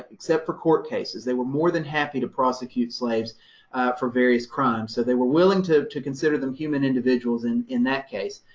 except for court cases. they were more than happy to prosecute slaves for various crimes, so they were willing to to consider them human individuals and in that case,